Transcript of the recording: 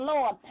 Lord